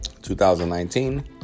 2019